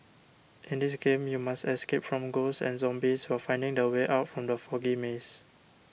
in this game you must escape from ghosts and zombies while finding the way out from the foggy maze